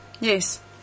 Yes